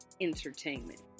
entertainment